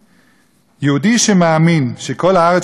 יהודי שמאמין שכל הארץ של הקדוש-ברוך-הוא,